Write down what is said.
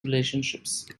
relationships